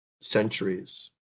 centuries